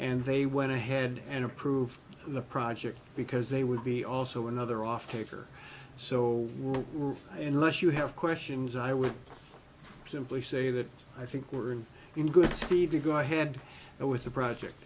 and they went ahead and approve the project because they would be also another off taker so we're in less you have questions i would simply say that i think we're in good speed to go ahead with the project